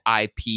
IP